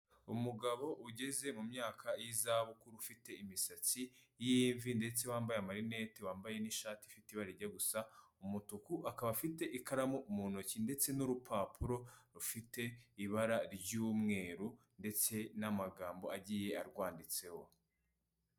Umugabo ugeze mu myaka y'izabukuru ufite imisatsi y'imvi ndetse wambaye amarinete, wambaye n'ishati ifite ibara rijya gusa umutuku, akaba afite ikaramu mu ntoki ndetse n'urupapuro rufite ibara ry'umweru ndetse n'amagambo agiye arwanditseho.